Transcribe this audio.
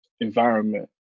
environment